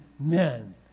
Man